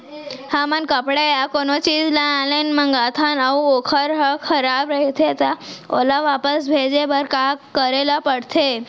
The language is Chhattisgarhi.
हमन कपड़ा या कोनो चीज ल ऑनलाइन मँगाथन अऊ वोकर ह खराब रहिये ता ओला वापस भेजे बर का करे ल पढ़थे?